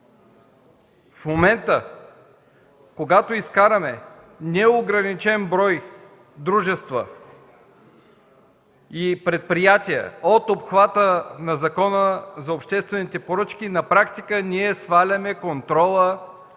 В момента, когато изкараме неограничен брой дружества и предприятия от обхвата на Закона за обществените поръчки, на практика сваляме контрола от